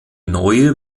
neue